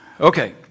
Okay